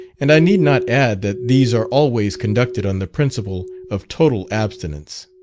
and i need not add that these are always conducted on the principle of total abstinence.